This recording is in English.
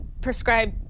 prescribe